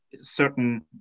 certain